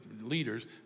leaders